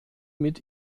mit